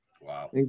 Wow